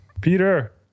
Peter